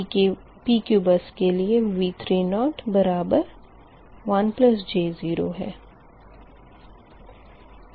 PQ bus के लिए V30 बराबर 1 j 0 है